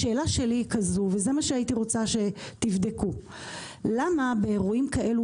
הייתי רוצה שתבדקו למה באירועים כאלה,